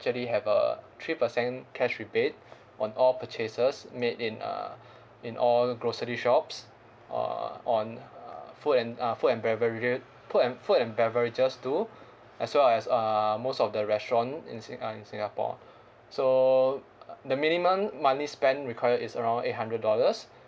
actually have a three percent cash rebate on all purchases made in uh in all grocery shops uh on uh food and uh food and beverage food and food and beverages too as well as uh most of the restaurant in sing~ uh in singapore so uh the minimum monthly spend required is around eight hundred dollars